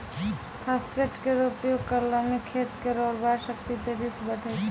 phosphate केरो उपयोग करला सें खेत केरो उर्वरा शक्ति तेजी सें बढ़ै छै